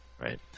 Right